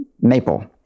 maple